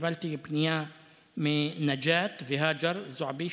קיבלתי פנייה מנג'את והאג'ר זועבי,